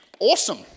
Awesome